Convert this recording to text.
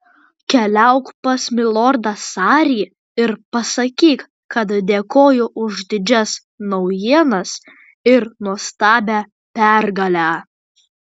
keliauk pas milordą sarį ir pasakyk kad dėkoju už didžias naujienas ir nuostabią pergalę